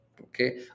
Okay